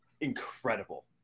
incredible